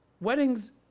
weddings